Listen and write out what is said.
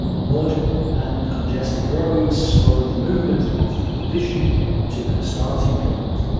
mud and congested roads slowed the movement of the division to their starting point.